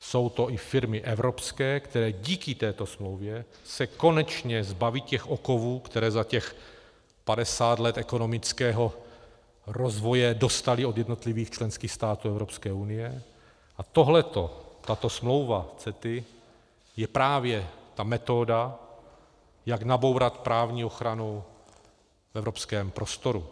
Jsou to i firmy evropské, které díky této smlouvě se konečně zbaví okovů, které za těch 50 let ekonomického rozvoje dostaly od jednotlivých členských států EU, a tohle, tahle smlouva CETA, je právě ta metoda, jak nabourat právní ochranu v evropském prostoru.